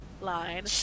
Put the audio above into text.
line